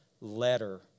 letter